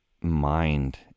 mind